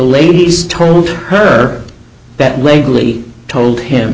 des told her that lately told him